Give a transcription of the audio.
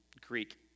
Greek